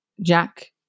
Jack